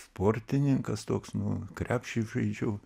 sportininkas toks nu krepšį žaidžiau